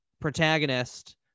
protagonist